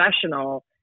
professional